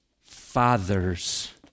Fathers